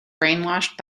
brainwashed